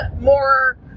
more